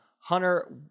hunter